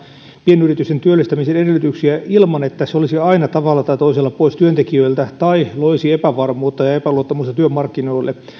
pienyritysten työllistämisen edellytyksiä ilman että se olisi aina tavalla tai toisella pois työntekijöiltä tai loisi epävarmuutta ja epäluottamusta työmarkkinoille